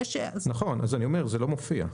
זה לא מופיע.